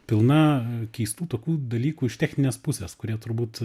pilna keistų tokių dalykų iš techninės pusės kurie turbūt